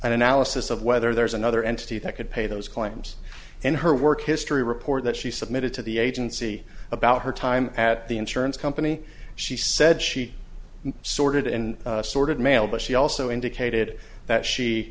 an analysis of whether there's another entity that could pay those claims and her work history report that she submitted to the agency about her time at the insurance company she said she sorted and sorted mail but she also indicated that she